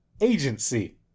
agency